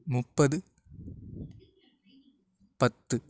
முப்பது பத்து